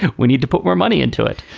we need to put more money into it.